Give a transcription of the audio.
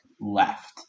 left